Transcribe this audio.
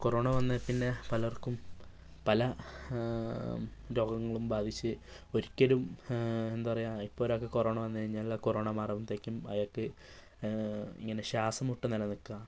corona വന്നതിൽപ്പിന്നെ പലർക്കും പല രോഗങ്ങളും ബാധിച്ച് ഒരിക്കലും എന്താ പറയുക ഇപ്പോൾ ഒരാൾക്ക് കൊറോണ വന്നു കഴിഞ്ഞാൽ ആ കൊറോണ മാറുമ്പോഴത്തേക്കും അയാൾക്ക് ഇങ്ങനെ ശ്വാസംമുട്ട് നിലനിൽക്കുക